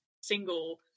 single